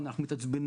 טרום קורונה,